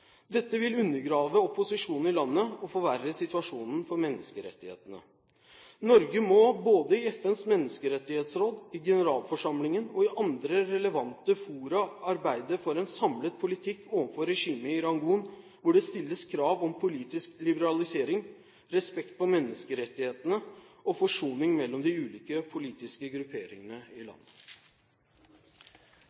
Dette vil undergrave opposisjonen i landet og forverre situasjonen for menneskerettighetene. Norge må, både i FNs menneskerettighetsråd, i generalforsamlingen og i andre relevante fora, arbeide for en samlet politikk overfor regimet i Rangoon hvor det stilles krav om politisk liberalisering, respekt for menneskerettighetene og forsoning mellom de ulike politiske grupperingene i